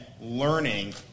learning